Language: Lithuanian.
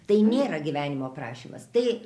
tai nėra gyvenimo aprašymas tai